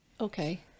okay